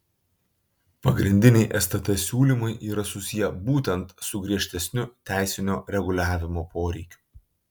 pagrindiniai stt siūlymai yra susiję būtent su griežtesniu teisinio reguliavimo poreikiu